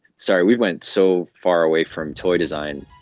sorry, we went so far away from toy design!